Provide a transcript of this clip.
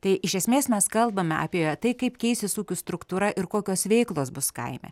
tai iš esmės mes kalbame apie tai kaip keisis ūkių struktūra ir kokios veiklos bus kaime